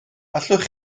allwch